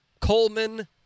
Coleman